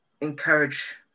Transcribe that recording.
encourage